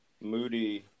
moody